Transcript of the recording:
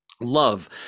Love